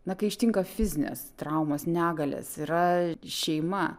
na kai ištinka fizinės traumos negalės yra šeima